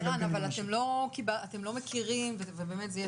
אתם לא מכירים כבר